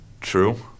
True